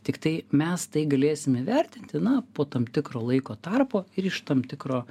tiktai mes tai galėsim įvertinti na po tam tikro laiko tarpo ir iš tam tikro